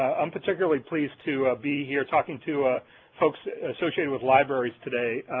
i'm particularly pleased to ah be here talking to folks associated with libraries today.